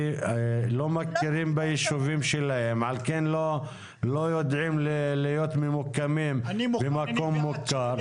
כי לא מכירים ביישובים שלהם על כן לא יודעים להיות ממוקמים במקום מוכר.